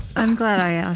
i'm glad i